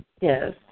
Yes